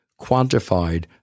quantified